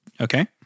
Okay